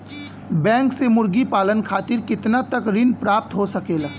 Bank से मुर्गी पालन खातिर कितना तक ऋण प्राप्त हो सकेला?